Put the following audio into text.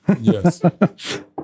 Yes